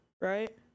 right